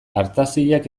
artaziak